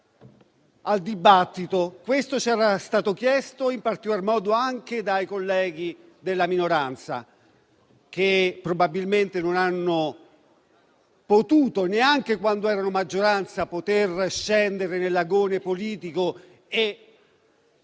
al dibattito. Questo ci era stato chiesto in particolar modo dai colleghi della minoranza, che probabilmente non hanno potuto, neanche quando erano della maggioranza, scendere nell'agone politico e